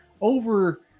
over